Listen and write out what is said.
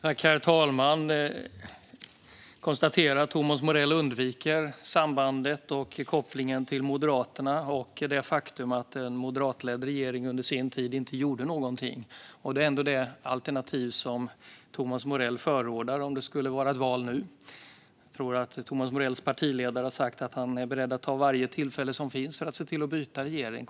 Herr talman! Jag konstaterar att Thomas Morell undviker sambandet och kopplingen till Moderaterna och det faktum att en moderatledd regering under sin tid inte gjorde någonting. Det är ändå det alternativ som Thomas Morell förordar om det skulle vara ett val nu. Jag tror att Thomas Morells partiledare har sagt att han är beredd att ta varje tillfälle som finns för att se till att byta regering.